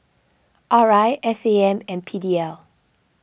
R I S A M and P D L